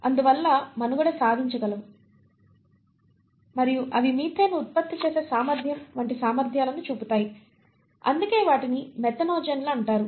అందువల్ల మనుగడ సాగించగలవు మరియు అవి మీథేన్ను ఉత్పత్తి చేసే సామర్థ్యం వంటి సామర్థ్యాలను చూపుతాయి అందుకే వాటిని మెథనోజెన్లు అంటారు